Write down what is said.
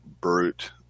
brute